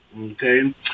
Okay